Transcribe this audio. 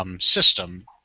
system